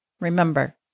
remember